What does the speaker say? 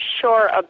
sure